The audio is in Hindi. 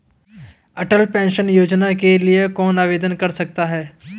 अटल पेंशन योजना के लिए कौन आवेदन कर सकता है?